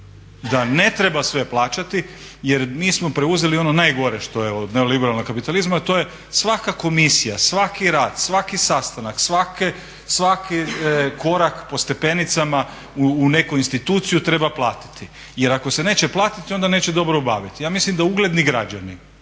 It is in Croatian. da ne treba sve plaćati jer nismo preuzeli ono najgore što je od neoliberalnog kapitalizma, a to je svaka komisija, svaki rad, svaki sastanak, svaki korak po stepenicama u neku instituciju treba platiti. Jer ako se neće platiti onda neće dobro obaviti. Ja mislim da ugledni građani